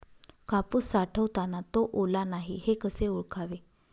कापूस साठवताना तो ओला नाही हे कसे ओळखावे?